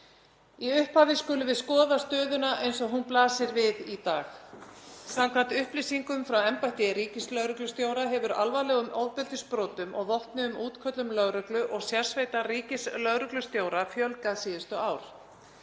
Í upphafi skulum við skoða stöðuna eins og hún blasir við í dag. Samkvæmt upplýsingum frá embætti ríkislögreglustjóra hefur alvarlegum ofbeldisbrotum og vopnuðum útköllum lögreglu og sérsveitar ríkislögreglustjóra fjölgað síðustu ár.